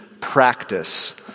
practice